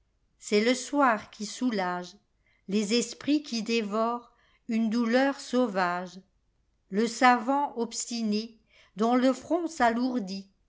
c'est le soir qui soulage les esprits que dévore une douleur sauvage le savant obstiné dont le front s'alourdit